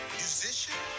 musician